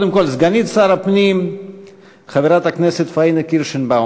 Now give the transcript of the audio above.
סגנית שר הפנים חברת הכנסת פניה קירשנבאום